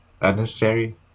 unnecessary